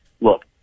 look